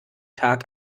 tag